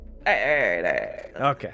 Okay